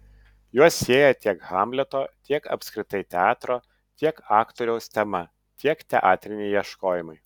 juos sieja tiek hamleto tiek apskritai teatro tiek aktoriaus tema tiek teatriniai ieškojimai